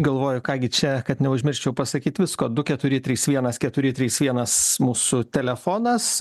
galvoju ką gi čia kad neužmirščiau pasakyti viskodu keturi trys vienas keturi trys vienas mūsų telefonas